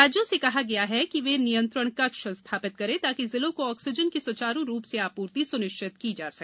राज्यों से कहा गया है कि वे नियंत्रण कक्ष स्थापित करें ताकि जिलों को ऑक्सीजन की सुचारु रूप से आपूर्ति सुनिश्चित की जा सके